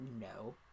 No